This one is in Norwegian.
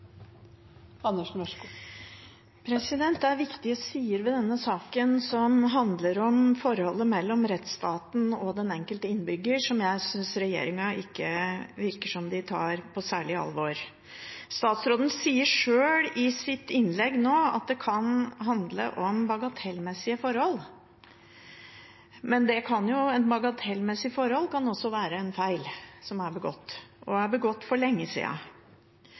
den enkelte innbygger, som jeg synes det ikke virker som regjeringen tar på særlig alvor. Statsråden sier sjøl i sitt innlegg nå at det kan handle om bagatellmessige forhold. Men et bagatellmessig forhold kan også være en feil som er begått, og som er begått for lenge